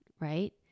Right